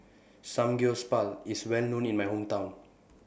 Samgyeopsal IS Well known in My Hometown